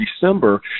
December